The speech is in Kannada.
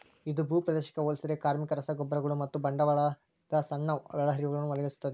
ಇದು ಭೂಪ್ರದೇಶಕ್ಕೆ ಹೋಲಿಸಿದರೆ ಕಾರ್ಮಿಕ, ರಸಗೊಬ್ಬರಗಳು ಮತ್ತು ಬಂಡವಾಳದ ಸಣ್ಣ ಒಳಹರಿವುಗಳನ್ನು ಬಳಸುತ್ತದೆ